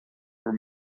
were